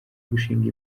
gushinga